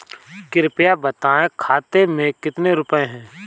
कृपया बताएं खाते में कितने रुपए हैं?